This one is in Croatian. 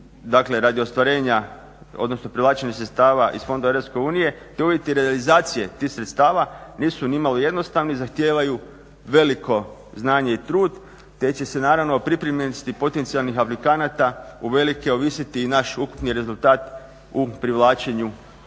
dakle radi ostvarenja, odnosno privlačenja sredstava iz fondova EU, te uvjeti realizacije tih sredstava nisu nimalo jednostavni, zahtijevaju veliko znanje i trud te će se naravno o pripremljenosti potencijalnih aplikanata uvelike ovisiti i naš ukupni rezultat u privlačenju tih